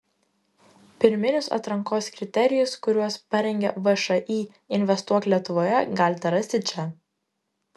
pirminius atrankos kriterijus kuriuos parengė všį investuok lietuvoje galite rasti čia